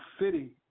city